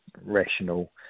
rational